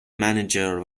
manager